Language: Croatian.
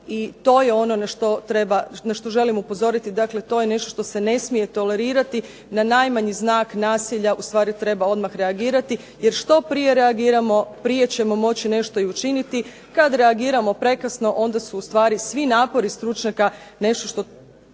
što treba, na što želim upozoriti, dakle to je nešto što se ne smije tolerirati, na najmanji znak nasilja ustvari treba odmah reagirati, jer što prije reagiramo nešto ćemo prije moći učiniti, kada reagiramo prekasno onda su ustvari svi napori stručnjaka nešto što